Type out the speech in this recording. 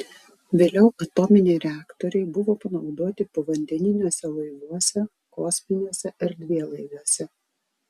vėliau atominiai reaktoriai buvo panaudoti povandeniniuose laivuose kosminiuose erdvėlaiviuose